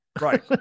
Right